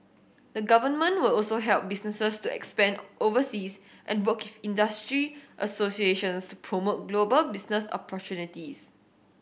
the government will also help businesses to expand overseas and work industry associations to promote global business opportunities